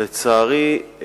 לצערי,